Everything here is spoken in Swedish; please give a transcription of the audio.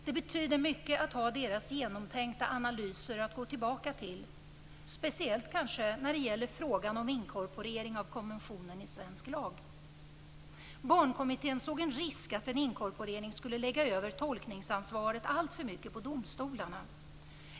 Det betyder mycket att ha dess genomtänkta analyser att gå tillbaka till, kanske speciellt när det gäller frågan om inkorporering av konventionen i svensk lag. Barnkommittén såg en risk att en inkorporering skulle lägga över tolkningsansvaret alltför mycket på domstolarna.